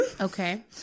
Okay